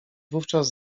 wówczas